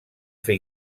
fer